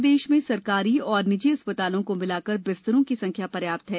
प्रदेश में सरकारी और निजी अस् तालों को मिलाकर बिस्तरों की संख्या र्याप्त है